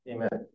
Amen